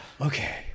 okay